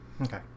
Okay